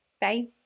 Bye